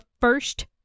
first